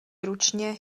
ručně